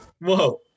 Whoa